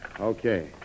Okay